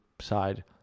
side